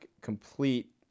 complete